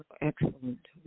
Excellent